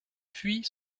puis